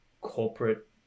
corporate